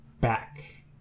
back